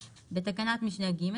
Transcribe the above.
בתקנת משנה (ג),